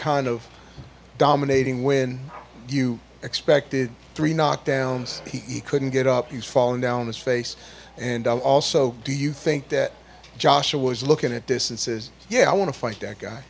kind of dominating when you expected three knockdowns he couldn't get up he's falling down his face and also do you think that joshua was looking at distances yeah i want to fight that guy